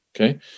Okay